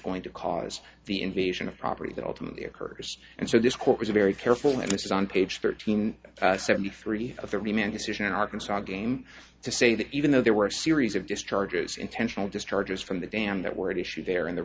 going to cause the invasion of property that ultimately occurs and so this court was very careful and this is on page thirteen seventy three of the remaining decision in arkansas game to say that even though there were a series of discharges intentional discharges from the dam that were tissue there in the